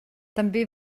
també